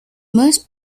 most